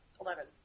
eleven